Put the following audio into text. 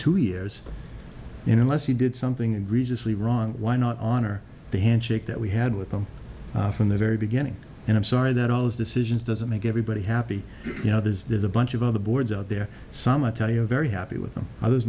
two years in unless he did something egregious the wrong why not honor the handshake that we had with him from the very beginning and i'm sorry that all those decisions doesn't make everybody happy you know there's there's a bunch of other boards out there some i tell you a very happy with them others